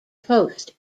post